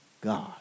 God